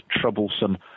troublesome